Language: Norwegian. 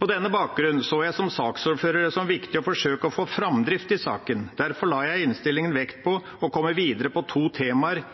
På denne bakgrunn så jeg som saksordfører det som viktig å forsøke å få framdrift i saken. Derfor la jeg i innstillinga vekt på å komme videre på to temaer.